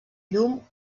llum